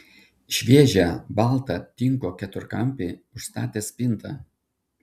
šviežią baltą tinko keturkampį užstatė spinta